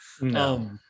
No